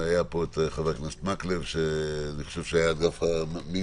היה פה חבר הכנסת מקלב שהיה מהמעמיקים,